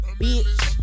bitch